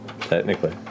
Technically